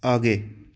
आगे